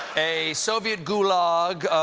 a soviet gulag,